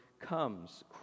comes